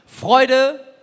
Freude